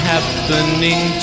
Happening